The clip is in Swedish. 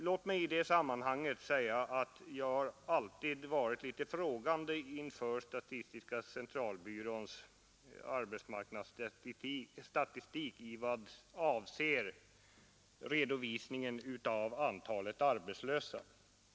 Låt mig i det sammanhanget säga att jag alltid har ställt mig frågande till statistiska centralbyråns arbetsmarknadsstatistik i vad avser redovisningen av antalet arbetslösa.